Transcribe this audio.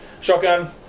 Shotgun